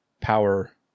power